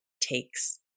takes